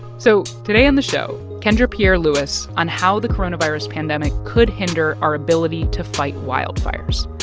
so today on the show, kendra pierre-louis on how the coronavirus pandemic could hinder our ability to fight wildfires.